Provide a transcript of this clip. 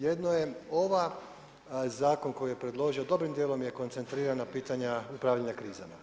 Jedno je ova, zakon koji je predložio, dobrim dijelom je koncentriran na pitanja upravljanja krizama.